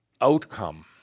outcome